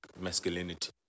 masculinity